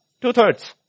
Two-thirds